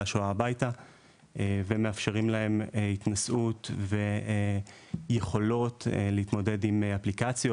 השואה ומאפשרים להם התנסות ויכולות להתמודד עם אפליקציות,